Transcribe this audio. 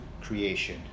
creation